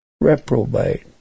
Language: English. Reprobate